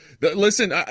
Listen